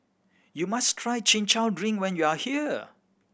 you must try Chin Chow drink when you are here